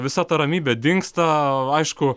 visa ta ramybė dingstaaa aišku